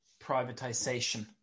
privatization